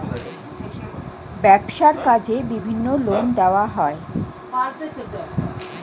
ব্যবসার কাজে বিভিন্ন লোন দেওয়া হয়